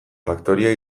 faktoria